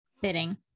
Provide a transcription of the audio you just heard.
fitting